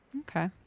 Okay